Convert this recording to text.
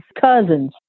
cousins